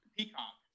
Peacock